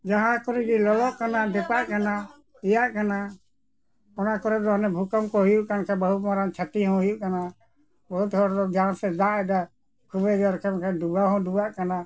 ᱡᱟᱦᱟᱸ ᱠᱚᱨᱮ ᱜᱮ ᱞᱚᱞᱚᱜ ᱠᱟᱱᱟ ᱫᱮᱯᱟᱜ ᱠᱟᱱᱟ ᱮᱭᱟᱜ ᱠᱟᱱᱟ ᱚᱱᱟ ᱠᱚᱨᱮ ᱫᱚ ᱚᱱᱮ ᱵᱷᱩᱠᱚᱢ ᱠᱚ ᱦᱩᱭᱩᱜ ᱠᱟᱱ ᱠᱷᱟᱱ ᱵᱚᱦᱩ ᱢᱟᱨᱟᱝ ᱪᱷᱟᱛᱤ ᱦᱚᱸ ᱦᱩᱭᱩᱜ ᱠᱟᱱᱟ ᱵᱚᱦᱩᱛ ᱦᱚᱲ ᱫᱚ ᱡᱟᱦᱟᱸ ᱥᱮᱫ ᱮ ᱫᱟᱜ ᱮᱫᱟ ᱠᱷᱩᱵ ᱰᱩᱵᱟᱹ ᱦᱚᱸ ᱰᱩᱵᱟᱹᱜ ᱠᱟᱱᱟ